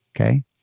okay